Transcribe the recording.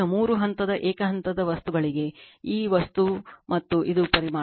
ಈಗ ಮೂರು ಹಂತದ ಏಕ ಹಂತ ವಸ್ತುಗಳಿಗೆ ಆ ವಸ್ತು ಇದು ಪರಿಮಾಣ